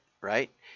right